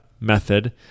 method